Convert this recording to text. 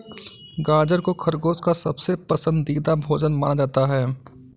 गाजर को खरगोश का सबसे पसन्दीदा भोजन माना जाता है